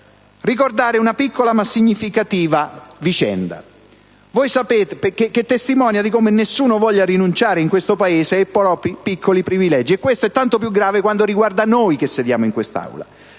ricordare una piccola ma significativa vicenda, che testimonia come nessuno voglia rinunciare in questo Paese ai propri, piccoli privilegi. E questo è tanto più grave quando riguarda noi che sediamo in quest'Aula.